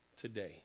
today